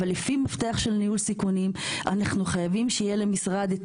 אבל לפי מפתח של ניהול סיכונים אנחנו חייבים שיהיה למשרד את